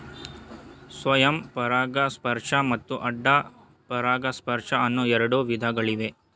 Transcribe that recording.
ಸ್ವಯಂ ಪರಾಗಸ್ಪರ್ಶ ಮತ್ತು ಅಡ್ಡ ಪರಾಗಸ್ಪರ್ಶ ಅನ್ನೂ ಎರಡು ವಿಧಗಳಿವೆ